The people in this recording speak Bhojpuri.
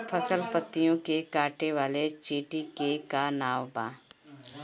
फसल पतियो के काटे वाले चिटि के का नाव बा?